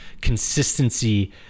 consistency